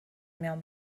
میان